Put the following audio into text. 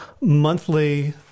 monthly